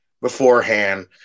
beforehand